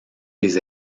les